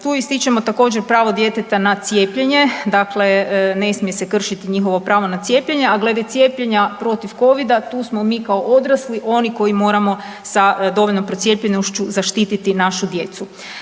Tu ističemo također pravo djeteta na cijepljenje. Dakle, ne smije se kršiti njihovo pravo na cijepljenje, a glede cijepljenja protiv Covid-a tu smo mi kao odrasli oni koji moramo sa dovoljno procijepljenošću zaštititi našu djecu.